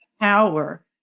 power